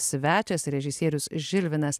svečias režisierius žilvinas